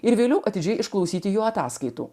ir vėliau atidžiai išklausyti jų ataskaitų